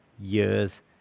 years